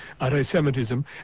anti-semitism